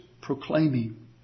proclaiming